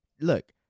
Look